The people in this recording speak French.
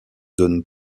donnent